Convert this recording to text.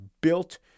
built